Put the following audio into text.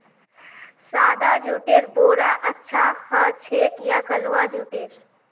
सादा जुटेर बोरा अच्छा ह छेक या कलवा जुटेर